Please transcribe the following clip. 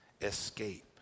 escape